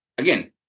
again